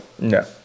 No